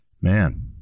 Man